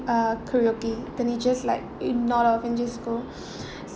uh karaoke then we just like not often just go